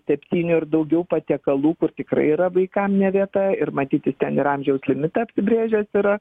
septynių ir daugiau patiekalų kur tikrai yra vaikam ne vieta ir matyt jis ten ir amžiaus limitą apibrėžęs yra